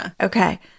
Okay